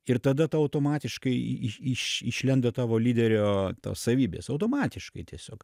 ir tada tau automatiškai iš išlenda tavo lyderio savybės automatiškai tiesiog